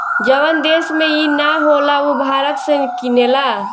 जवन देश में ई ना होला उ भारत से किनेला